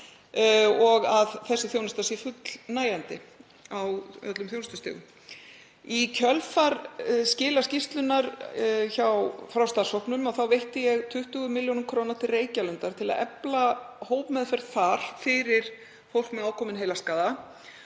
og að þessi þjónusta sé fullnægjandi á öllum þjónustustigum. Í kjölfar skila skýrslunnar frá starfshópnum veitti ég 20 millj. kr. til Reykjalundar til að efla hópmeðferð þar fyrir fólk með ákominn heilaskaða.